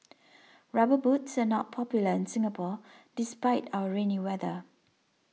rubber boots are not popular in Singapore despite our rainy weather